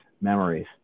memories